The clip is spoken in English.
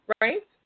right